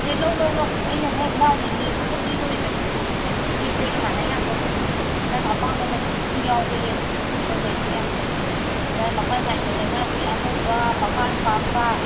ꯑꯦ ꯂꯧ ꯂꯧ ꯂꯧ ꯑꯩꯅꯅꯦ ꯏꯅꯥꯎꯒꯤ ꯌꯦꯡꯉꯒ ꯄꯤꯗꯣꯔꯤꯕꯅꯤ ꯃꯤ ꯑꯇꯩꯒ ꯃꯥꯟꯅ ꯌꯥꯄꯣꯟꯇꯦ ꯅꯪ ꯑꯄꯥꯝꯕ ꯃꯆꯨꯗꯨꯗꯨꯝ ꯌꯥꯎꯕ꯭ꯔꯥ ꯌꯦꯡꯉꯣꯁꯦ ꯁꯤꯗꯩꯗ ꯂꯩꯔꯤ ꯃꯥꯌꯥꯝꯁꯦ ꯁꯤꯗ ꯃꯄꯥꯟ ꯅꯥꯏꯕꯗꯅ ꯁꯤ ꯑꯅꯧꯕ ꯃꯄꯥꯟ ꯄꯥꯛꯄ